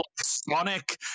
sonic